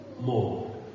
more